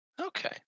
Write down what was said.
okay